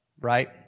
right